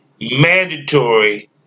mandatory